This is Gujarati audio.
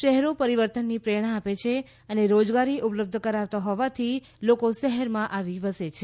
શહેરો પરિવર્તનની પ્રેરણા આપે છે અને રોજગારી ઉપલબ્ધ કરાવતા હોવાથી લોકો શહેરમાં આવી વસે છે